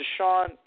Deshaun